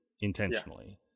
intentionally